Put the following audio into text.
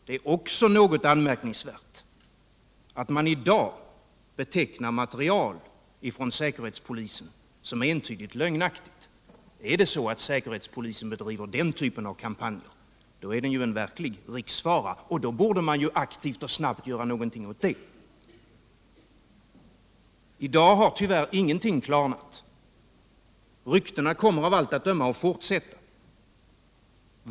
Det är också något anmärkningsvärt att man i dag betecknar material från säkerhetspolisen som entydigt lögnaktigt. Bedriver säkerhetspolisen den typen av kampanj) är den ju en verklig riksfara, och då borde man aktivt och snabbt göra något åt det. I dag har tyvärr ingenting klarnat. Ryktena kommer av allt att döma aut fortsätta.